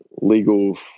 legal